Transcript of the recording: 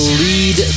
lead